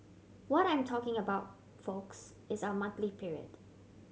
what I'm talking about folks is our monthly period